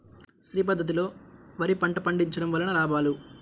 శ్రీ పద్ధతిలో వరి పంట పండించడం వలన లాభాలు?